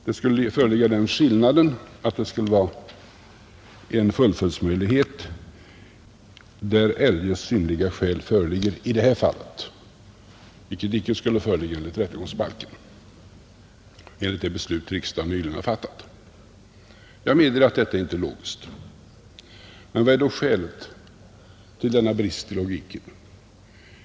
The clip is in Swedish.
Den skillnaden skulle föreligga att man skulle få en fullföljdsmöjlighet där ”eljest synnerliga skäl föreligger”, en möjlighet vilken inte skulle föreligga i rättegångsbalken enligt det beslut riksdagen nyligen har fattat. Jag medger att detta inte är logiskt. Vad är då skälet för denna brist i logiken?